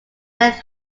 left